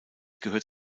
gehört